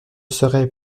serai